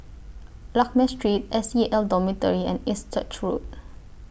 Lakme Street S C A L Dormitory and East Church Road